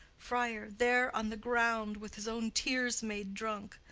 friar. there on the ground, with his own tears made drunk.